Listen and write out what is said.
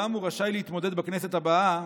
אולם הוא רשאי להתמודד בכנסת הבאה,